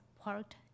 parked